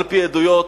על-פי עדויות,